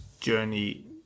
journey